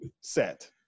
set